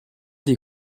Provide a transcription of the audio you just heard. des